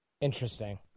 Interesting